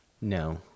No